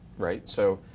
right? so,